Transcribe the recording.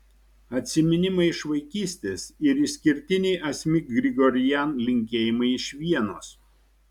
atsiminimai iš vaikystės ir išskirtiniai asmik grigorian linkėjimai iš vienos